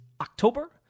October